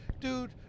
Dude